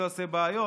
שלא יעשה בעיות.